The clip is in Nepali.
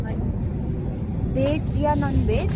हजुर भेज या नन भेज